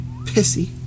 pissy